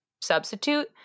substitute